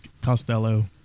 Costello